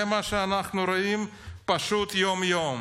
זה מה שאנחנו רואים פשוט יום-יום.